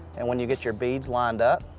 and when you get your beads lined up,